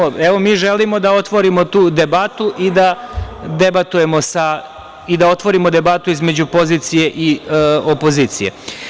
Evo imamo, evo mi želimo da otvorimo tu debatu i da debatujemo i da otvorimo debatu između pozicije i opozicije.